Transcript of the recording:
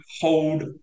hold